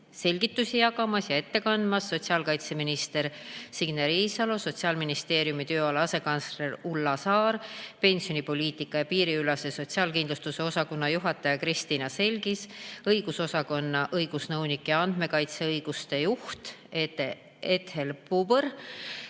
selgitusi jagamas ja [eelnõu] ette kandmas sotsiaalkaitseminister Signe Riisalo, Sotsiaalministeeriumi tööala asekantsler Ulla Saar, pensionipoliitika ja piiriülese sotsiaalkindlustuse osakonna juhataja Kristiina Selgis, õigusosakonna õigusnõunik ja andmekaitseõiguse juht Ethel Bubõr,